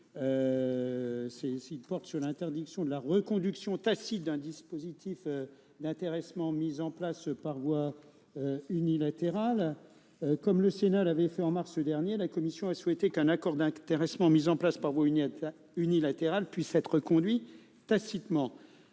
porte sur l'interdiction de la reconduction tacite d'un dispositif d'intéressement mis en place par voie unilatérale. Comme le Sénat l'avait fait en mars dernier, la commission a souhaité qu'un accord d'intéressement mis en place par voie unilatérale puisse être reconduit tacitement.